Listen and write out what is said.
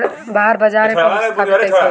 बाहर बाजार में पहुंच स्थापित कैसे होई?